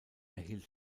erhielt